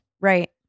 Right